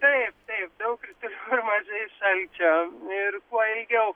taip taip daug kritul mažai šalčio ir kuo ilgiau